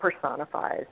personifies